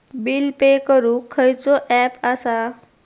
Bill pay करूक खैचो app असा?